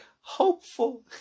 hopeful